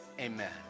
amen